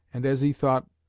and, as he thought,